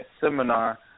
Seminar